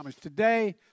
Today